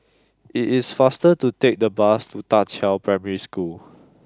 it is faster to take the bus to Da Qiao Primary School